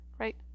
Right